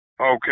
Okay